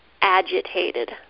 agitated